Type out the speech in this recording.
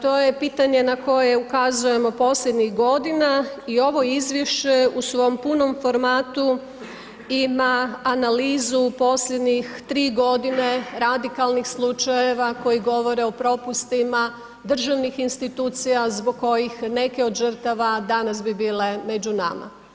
To je pitanje na koje ukazujemo posljednjih godina i ovo izvješće u svom punom formatu ima analizu posljednjih 3 godine radikalnih slučajeva koji govore o propustima državnih institucija zbog kojih neke od žrtava danas bi bile među nama.